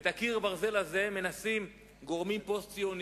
את קיר הברזל הזה מנסים גורמים פוסט-ציוניים